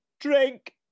Drink